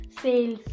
sales